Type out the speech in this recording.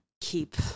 keep